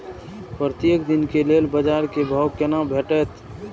प्रत्येक दिन के लेल बाजार क भाव केना भेटैत?